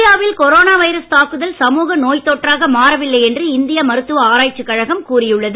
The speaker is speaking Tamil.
இந்தியாவில் கொரோனா வைரஸ் தாக்குதல் சமுக நோய்த் தொற்றாக மாறிவில்லை என்று இந்திய மருத்துவ ஆராய்ச்சிக் கழகம் கூறியுள்ளது